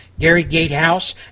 GaryGatehouse